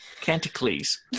Canticles